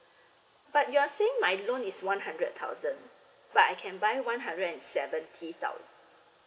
but you're saying my loan is one hundred thousand but I can buy one hundred seventy thousand